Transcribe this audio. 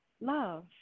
love